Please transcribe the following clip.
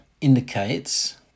indicates